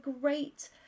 great